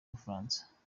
bufaransa